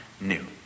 new